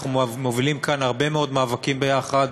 אנחנו מובילים כאן הרבה מאוד מאבקים יחד,